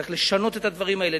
צריך לשנות את הדברים האלה.